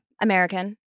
american